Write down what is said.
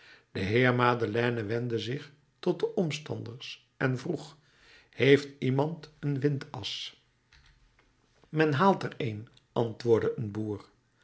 de heer madeleine wendde zich tot de omstanders en vroeg heeft iemand een windas men haalt er een antwoordde een boer